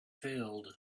failed